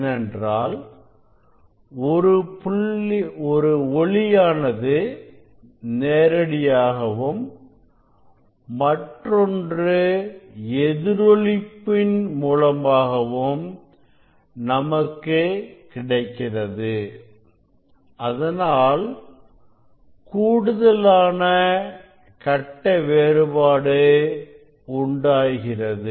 ஏனென்றால் ஒரு ஒளியானது நேரடியாகவும் மற்றொன்று எதிரொலிப்பின் மூலமாகவும் நமக்கு கிடைக்கிறது அதனால் கூடுதலான கட்ட வேறுபாடு உண்டாகிறது